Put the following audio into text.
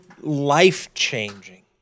life-changing